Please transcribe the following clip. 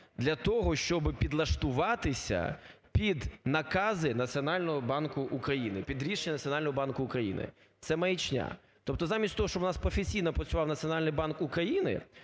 для того щоб підлаштуватися під накази Національного банку України, під рішення Національного банку України. Це маячня. Тобто, замість того щоб у нас професійно працював Національний банк України,